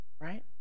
right